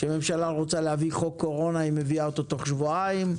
כשמשלה רוצה להביא חוק קורונה היא מביאה אותו תוך שבועיים.